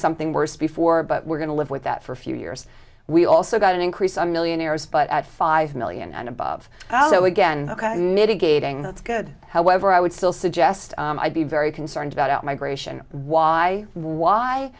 something worse before but we're going to live with that for a few years we also got an increase on millionaires but at five million and above also again mitigating that's good however i would still suggest i be very concerned about out migration why why